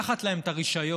לקחת להם את הרישיון,